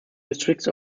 districts